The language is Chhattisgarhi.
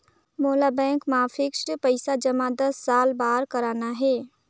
मोला बैंक मा फिक्स्ड पइसा जमा दस साल बार करना हे?